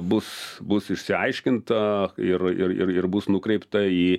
bus bus išsiaiškinta ir ir ir ir bus nukreipta į